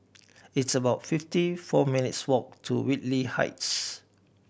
it's about fifty four minutes' walk to Whitley Heights